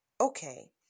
Okay